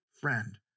friend